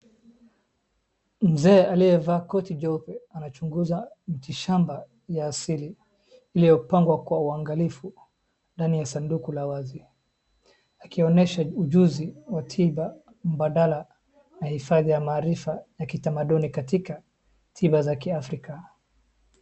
Mzee aliyevaa koti jeupe anachunguza miti shamba ya asili iliyopagwa kwa uangalifu ndani ya sadaku ya wazi akionyesha ujuzi wa tiba mbadala na hifadhi ya maarifa ya kitamaduni katika tiba za kiafrika.